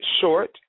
Short